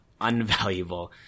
unvaluable